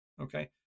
okay